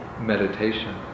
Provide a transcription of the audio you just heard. meditation